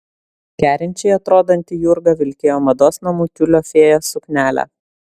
kerinčiai atrodanti jurga vilkėjo mados namų tiulio fėja suknelę